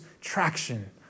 traction